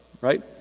right